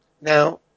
Now